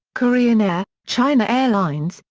korean air, china airlines,